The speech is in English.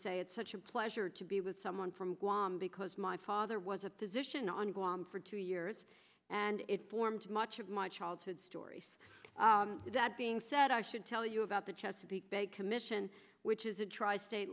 say it's such a pleasure to be with someone from guam because my father was a physician on guam for two years and it formed much of my childhood stories that being said i should tell you about the chesapeake bay commission which is a tri state